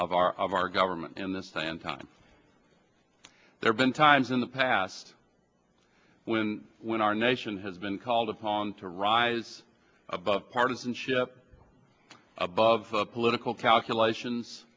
of our of our government in this and time there been times in the past when when our nation has been called upon to rise above partisanship above political calculations